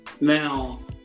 Now